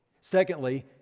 Secondly